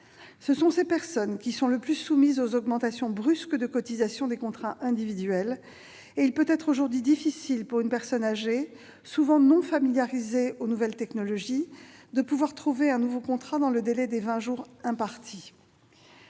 effet, les personnes âgées sont les plus soumises aux augmentations brusques de cotisations des contrats individuels, et il peut être aujourd'hui difficile pour une personne âgée, souvent non familiarisée avec les nouvelles technologies, de trouver un nouveau contrat dans le délai imparti